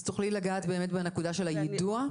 אז תוכלי לגעת באמת בנקודה של היידוע?